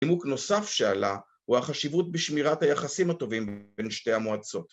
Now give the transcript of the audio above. ‫נימוק נוסף שעלה, הוא החשיבות ‫בשמירת היחסים הטובים בין שתי המועצות.